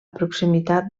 proximitat